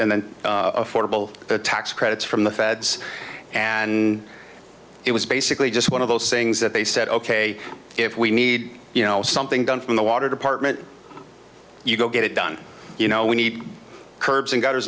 and then affordable tax credits from the feds and it was basically just one of those things that they said ok if we need you know something done from the water department you go get it done you know we need curbs and gutters